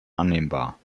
annehmbar